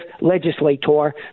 legislator